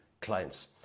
clients